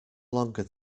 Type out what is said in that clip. longer